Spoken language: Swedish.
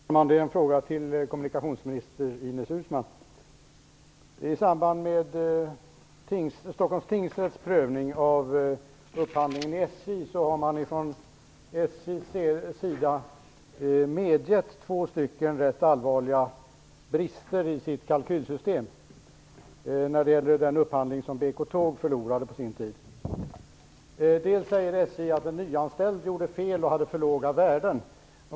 Fru talman! Jag har en fråga till kommunikationsminister Ines Uusmann. I samband med Stockholms tingsrätts prövning av upphandlingen i SJ har man från SJ:s sida medgett två ganska allvarliga brister i sitt kalkylsystem. Det gäller den upphandling som BK Tåg förlorade på sin tid. SJ säger att en nyanställd gjorde fel och att det var för låga värden.